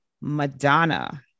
Madonna